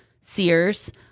Sears